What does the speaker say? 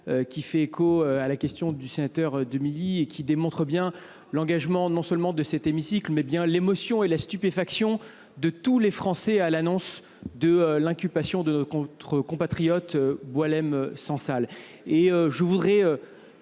qui fait écho à celle du sénateur Demilly, et qui démontre bien l’engagement de l’ensemble de cet hémicycle, ainsi que l’émotion et la stupéfaction de tous les Français à l’annonce de l’inculpation de notre compatriote Boualem Sansal.